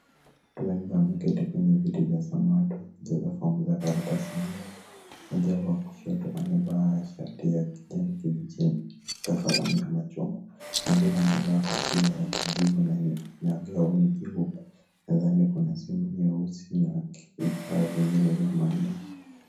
Watu wengi wameketi kwenye viti vya samawati wakijaza fomu za karatasi nyeupe. Mmoja wao kushoto, amevaa shati ya kijani kibichi, ameshika kalamu ya machungwa, mwengine amevaa kofia ya kijivu na gauni jeupe. Mezani kuna simu nyeusi na vifaa vingine vya maandishi.